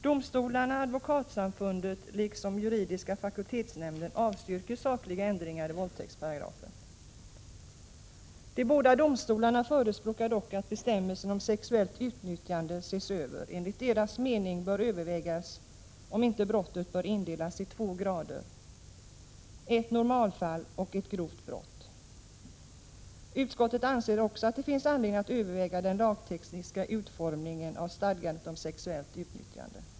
Domstolarna och Advokatsamfundet liksom juridiska fakultetsnämnden avstyrker sakliga ändringar i våldtäktsparagrafen. De båda domstolarna förespråkar dock att bestämmelsen om sexuellt utnyttjande ses över. Enligt deras mening bör övervägas, om inte brottet bör indelas i två grader: ett normalfall och ett grovt brott. Utskottet anser också att det finns anledning att överväga den lagtekniska utformningen av stadgandet om sexuellt utnyttjande.